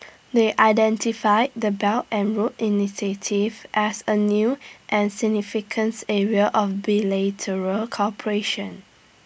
they identified the belt and road initiative as A new and significance area of bilateral cooperation